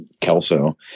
Kelso